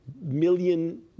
million